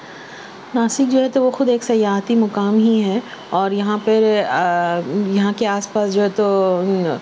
ناسک جو ہے تو وہ خود ایک سیاحتی مقام ہی ہے اور یہاں پہ یہاں کے آس پاس جو ہے تو